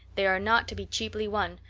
they are not to be cheaply won,